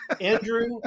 Andrew